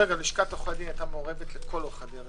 לשכת עורכי הדין היתה מעורבת לאורך כל הדרך.